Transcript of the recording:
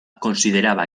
consideraba